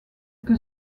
que